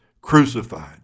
crucified